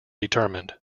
determined